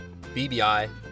BBI